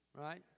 right